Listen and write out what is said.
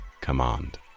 command